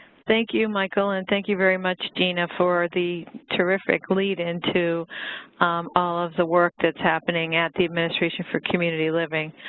thank you, michael, and thank you very much regina for the terrific lead in to all of the work that's happening at the administration for community living.